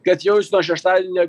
kad jau jis nuo šeštadienio